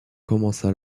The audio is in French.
commencent